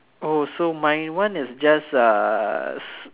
oh so my one is just ah s~